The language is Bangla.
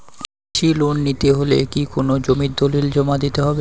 কৃষি লোন নিতে হলে কি কোনো জমির দলিল জমা দিতে হবে?